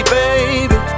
baby